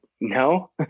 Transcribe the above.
no